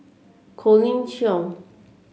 Colin Cheong